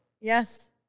Yes